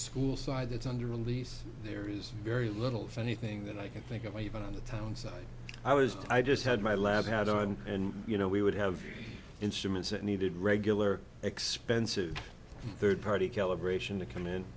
school side that's under a lease there is very little if anything that i can think of even on the town side i was i just had my last had i'm and you know we would have instruments that needed regular expensive third party calibration to come in